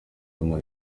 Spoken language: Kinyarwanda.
imirimo